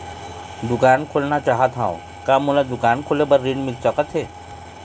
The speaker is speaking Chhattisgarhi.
दुकान खोलना चाहत हाव, का मोला दुकान खोले बर ऋण मिल सकत हे?